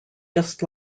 just